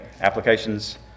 Applications